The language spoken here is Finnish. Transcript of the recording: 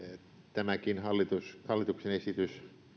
tämäkin hallituksen esitys